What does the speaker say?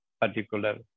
particular